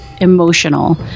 emotional